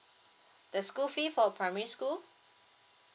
the school fee for primary school